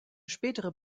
spätere